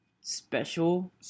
Special